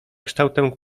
kształtem